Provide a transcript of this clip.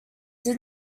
did